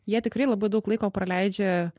jie tikrai labai daug laiko praleidžia